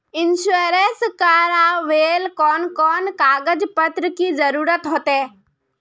Insurance करावेल कोन कोन कागज पत्र की जरूरत होते?